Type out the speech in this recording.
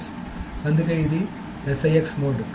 కాబట్టి అందుకే ఇది SIX మోడ్